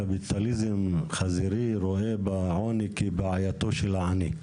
קפיטליזם חזירי רואה בעוני כבעייתו של העני,